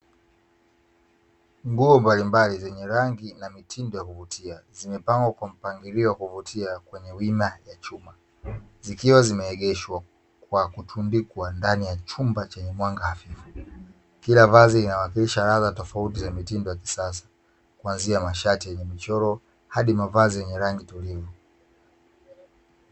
Nguo mbalimbali zenye rangi na mitindo ya kuvutia zimepangwa kwa mpangilio wakuvutia kwenye wima ya chuma zikiwa zime egeshwa kwa kutundikwa ndani ya chumba chenye mwanga hafifu kila vazi lina wakilisha ladha tofauti za mitindo wa kisasa kuanzia mashati yenye michoro hadi mavazi yenye rangi tulivu.